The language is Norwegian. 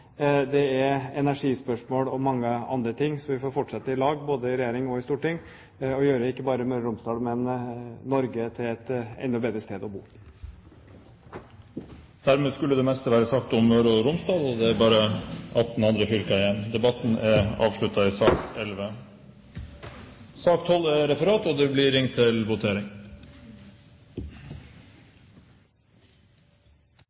det er energispørsmål og mye annet. Så vi får fortsette i lag, både i regjering og i storting, og gjøre ikke bare Møre og Romsdal, men Norge til et enda bedre sted å bo. Dermed skulle det meste være sagt om Møre og Romsdal. Det er bare 18 andre fylker igjen! Debatten i sak nr. 11 er avsluttet. Da skulle vi være klare til å votere over sakene på dagens kart. Under debatten har det